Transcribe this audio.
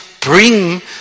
bring